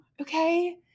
okay